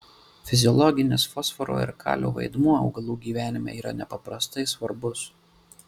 fiziologinis fosforo ir kalio vaidmuo augalų gyvenime yra nepaprastai svarbus